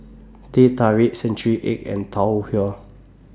Teh Tarik Century Egg and Tau Huay